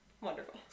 Wonderful